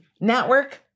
network